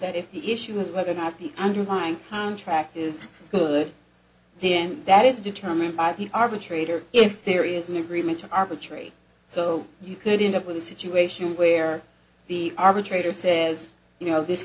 that if the issue is whether or not the underlying contract is good then that is determined by the arbitrator if there is an agreement to arbitrate so you could end up with a situation where the arbitrator says you know this